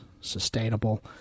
sustainable